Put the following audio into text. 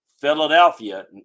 Philadelphia